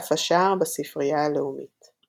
דף שער בספרייה הלאומית ==